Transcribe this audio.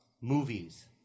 movies